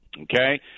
Okay